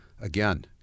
Again